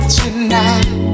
tonight